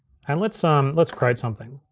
and let's um let's create something.